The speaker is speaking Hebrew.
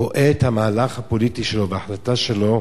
רואה את המהלך הפוליטי שלו וההחלטה שלו.